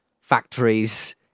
factories